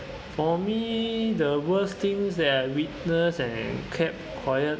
for me the worst things that I witness and kept quiet